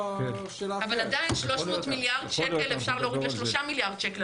אבל עדיין 300 מיליארד שקל אפשר להוריד ל-3 מיליארד שקל.